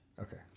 Okay